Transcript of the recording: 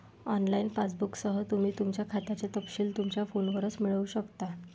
online पासबुकसह, तुम्ही तुमच्या खात्याचे तपशील तुमच्या फोनवरच मिळवू शकता